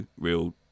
real